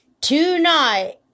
Tonight